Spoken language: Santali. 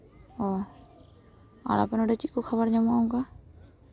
ᱚ ᱟᱨ ᱟᱯᱮ ᱱᱚᱰᱮ ᱪᱮᱫ ᱠᱚ ᱡᱚᱢᱟᱜ ᱧᱟᱢᱚᱜᱼᱟ ᱚᱱᱠᱟ